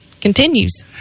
continues